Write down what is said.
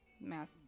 math